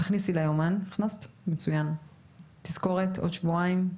תכניסי ליומן תזכורת לעוד שבועיים,